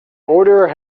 order